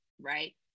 right